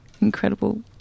incredible